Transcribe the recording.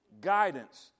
guidance